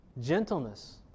gentleness